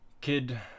Kid